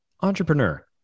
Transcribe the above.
Entrepreneur